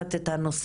לקחת את הנושא,